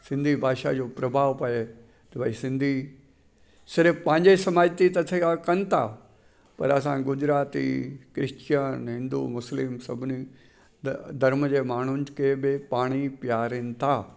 सिंधी भाषा जो प्रभाव पए कि भई सिंधी सिर्फ़ पंहिंजे समाज जी सेवा त कनि था पर असां गुजराती कृश्चन हिंदू मुस्लिम सभिनी धर्म धर्म जे माण्हुनि के बे पाणी पीआरनि था